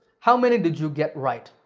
how many did you get right?